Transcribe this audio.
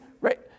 right